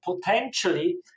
potentially